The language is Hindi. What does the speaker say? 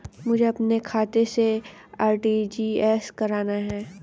मुझे अपने खाते से आर.टी.जी.एस करना?